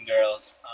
girls